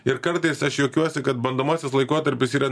ir kartais aš juokiuosi kad bandomasis laikotarpis yra